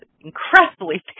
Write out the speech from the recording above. incredibly